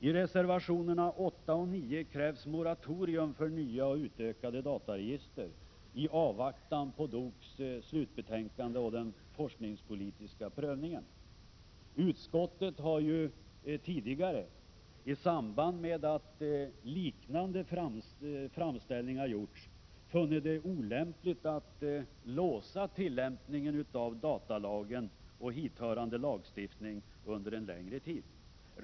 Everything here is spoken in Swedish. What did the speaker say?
I reservationerna 8 och 9 krävs moratorium för nya och utökade dataregister i avvaktan på DOK:s slutbetänkande och den forskningspolitiska prövningen. Utskottet har tidigare, i samband med att liknande yrkanden framställts, funnit det olämpligt att låsa tillämpningen av datalagen och hithörande lagstiftning under en längre tid.